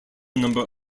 number